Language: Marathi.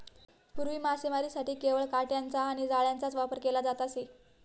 पूर्वी मासेमारीसाठी केवळ काटयांचा आणि जाळ्यांचाच वापर केला जात असे